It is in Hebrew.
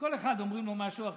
לכל אחד אומרים משהו אחר.